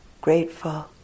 grateful